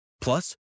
Plus